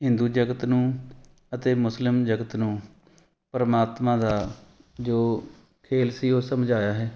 ਹਿੰਦੂ ਜਗਤ ਨੂੰ ਅਤੇ ਮੁਸਲਿਮ ਜਗਤ ਨੂੰ ਪਰਮਾਤਮਾ ਦਾ ਜੋ ਖੇਲ ਸੀ ਉਹ ਸਮਝਾਇਆ ਹੈ